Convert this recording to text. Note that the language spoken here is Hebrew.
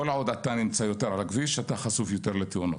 כל עוד אתה נמצא יותר על הכביש אתה חשוף יותר לתאונות.